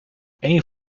één